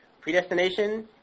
predestination